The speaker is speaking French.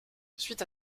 suite